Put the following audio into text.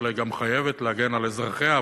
אלא גם חייבת להגן על אזרחיה,